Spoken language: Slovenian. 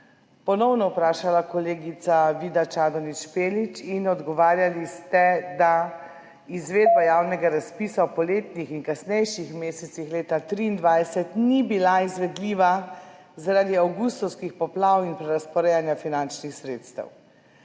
ponovno vprašala kolegica Vida Čadonič Špelič in odgovarjali ste, da izvedba javnega razpisa v poletnih in kasnejših mesecih leta 2023 ni bila izvedljiva zaradi avgustovskih poplav in prerazporejanja finančnih sredstev.